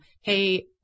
hey